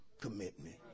commitment